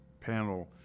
panel